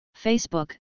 Facebook